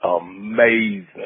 amazing